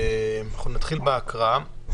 אנחנו נתחיל בהקראה.